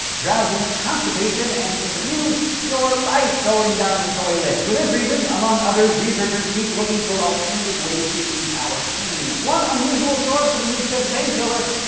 drowsiness, constipation and, if abused, your life going down the toilet for this reason, among others, researchers keep looking for alternative ways to ease our pain one unusual source of a new potential pain killer.